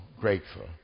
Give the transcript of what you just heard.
grateful